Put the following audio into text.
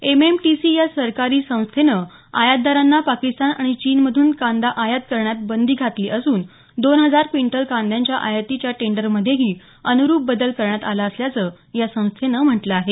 M M T C या सरकारी संस्थेनं आयातदारांना पाकिस्तान आणि चीनमधून कांदा आयात करण्यास बंदी घातली असून दोन हजार क्विंटल कांद्याच्या आयातीच्या टेंडरमध्येही अनुरूप बदल करण्यात आला असल्याचं या संस्थेनं म्हटलं आहे